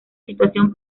situación